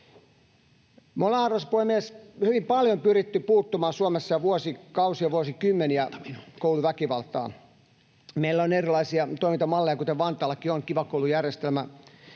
Me ollaan, arvoisa puhemies, Suomessa hyvin paljon pyritty jo vuosikausia, vuosikymmeniä puuttumaan kouluväkivaltaan. Meillä on erilaisia toimintamalleja, kuten Vantaallakin on Kiva Koulu ‑järjestelmä